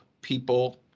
people